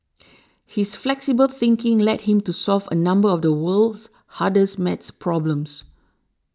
his flexible thinking led him to solve a number of the world's hardest math problems